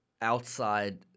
outside